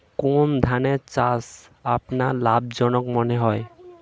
কোন ধানের চাষ আপনার লাভজনক মনে হয়?